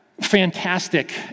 fantastic